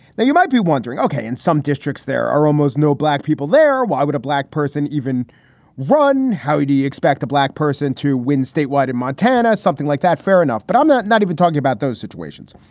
now, you might be wondering, okay. in some districts, there are almost no black people there. why would a black person even run? how do you expect a black person to win statewide in montana? something like that? fair enough. but i'm not not even talking about those situations.